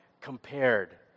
compared